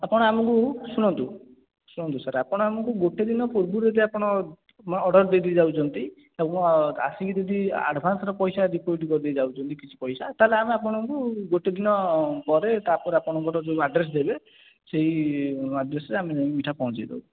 ଆପଣ ଆମକୁ ଶୁଣନ୍ତୁ ଶୁଣନ୍ତୁ ସାର୍ ଆପଣ ଆମକୁ ଗୋଟେ ଦିନ ପୂର୍ବରୁ ଯଦି ଆପଣ ଅର୍ଡ଼ର ଦେଇ ଦେଇ ଯାଉଛନ୍ତି ଏବଂ ଆସିକି ଯଦି ଆଡ଼ଭାନ୍ସର ପଇସା ଡିପୋଜିଟ୍ କରି ଦେଇ ଯାଉଛନ୍ତି କିଛି ପଇସା ତାହେଲେ ଆମେ ଆପଣଙ୍କୁ ଗୋଟେ ଦିନ ପରେ ତାପରେ ଆପଣଙ୍କର ଯେଉଁ ଆଡ଼୍ରେସ ଦେବେ ସେହି ଆଡ଼୍ରେସରେ ଆମେ ଯାଇ ମିଠା ପହଞ୍ଚାଇ ଦେବୁ